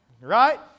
right